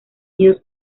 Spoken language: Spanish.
nidos